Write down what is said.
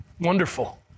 Wonderful